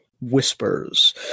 Whispers